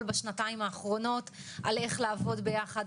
בשנתיים האחרונות על איך לעבוד ביחד,